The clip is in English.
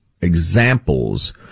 examples